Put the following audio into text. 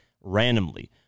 randomly